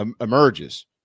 emerges